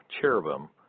cherubim